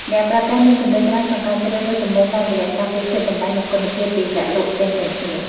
អ្នកប្រើប្រាស់មានជម្រើសច្រើនក្នុងការជ្រើសរើសទំនិញតាមរយៈការប្រៀបធៀបតម្លៃនិងគុណភាពពីអ្នកលក់ផ្សេងៗគ្នា។